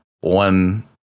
one